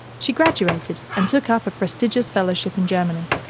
she graduated and took up a prestigious fellowship in germany,